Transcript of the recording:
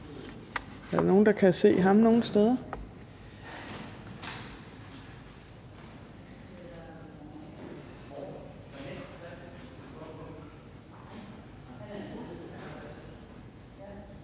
Er der nogen, der kan se ham nogen steder?